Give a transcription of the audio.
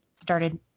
started